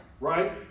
Right